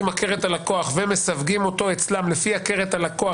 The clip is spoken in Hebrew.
הכר את הלקוח ומסווגים אותו אצלם לפי הכר את הלקוח,